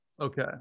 Okay